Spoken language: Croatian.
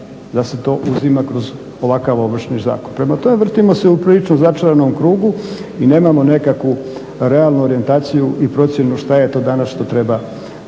da se to uzima kroz ovakav Ovršni zakon. Prema tome, vrtimo se u prilično začaranom krugu i nemamo nekakvu realnu orijentaciju i procjenu šta je to danas što treba da